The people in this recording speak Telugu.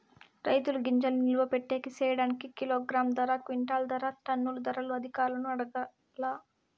రైతుల గింజల్ని నిలువ పెట్టేకి సేయడానికి కిలోగ్రామ్ ధర, క్వింటాలు ధర, టన్నుల ధరలు అధికారులను అడగాలా?